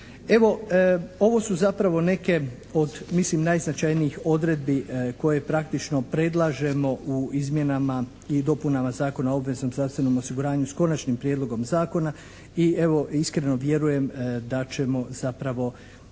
ovo su zapravo neke od mislim najznačajnijih odredbi koje praktično predlažemo u izmjenama i dopunama Zakona o obveznom zdravstvenom osiguranju s Konačnim prijedlogom zakona i evo iskreno vjerujem da ćemo zapravo,